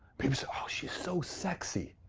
oh, she's so sexy!